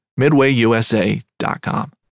MidwayUSA.com